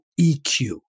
EQ